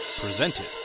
presented